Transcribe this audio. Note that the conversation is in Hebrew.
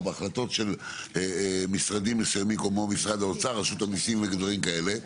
בהחלטות של משרדים מסוימים כמו משרד האוצר ורשות המיסים ודברים כאלה,